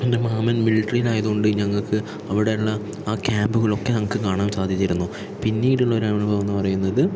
എൻ്റെ മാമൻ മിലിട്ടറിയിൽ ആയതുകൊണ്ട് ഞങ്ങൾക്ക് അവിടെയുള്ള ആ ക്യാമ്പുകളൊക്കെ ഞങ്ങൾക്ക് കാണാൻ സാധിച്ചിരുന്നു പിന്നീട് ഉള്ള ഒരു അനുഭവം എന്ന് പറയുന്നത്